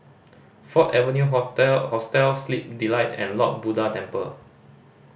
Ford Avenue Hotel Hostel Sleep Delight and Lord Buddha Temple